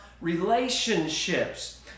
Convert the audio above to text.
relationships